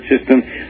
system